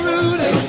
Rudy